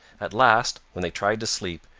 at last, when they tried to sleep,